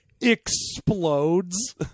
explodes